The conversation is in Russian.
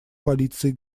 полиции